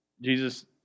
Jesus